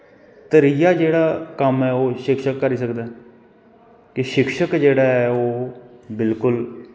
त्रीआ जेह्ड़ा कम्म ऐ ओह् शिक्षक करी सकदे न क शिक्षक जेह्ड़ा ऐ ओह् बिल्कुल